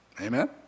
amen